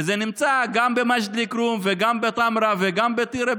וזה נמצא גם במג'ד אל-כרום וגם בטמרה וגם בטירה,